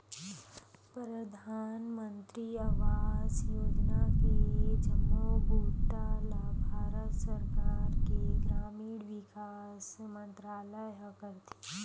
परधानमंतरी आवास योजना के जम्मो बूता ल भारत सरकार के ग्रामीण विकास मंतरालय ह करथे